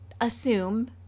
assume